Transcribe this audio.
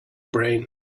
brain